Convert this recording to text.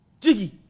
Jiggy